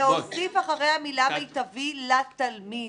להוסיף אחרי המילה "מיטבי" "לתלמיד".